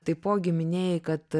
taipogi minėjai kad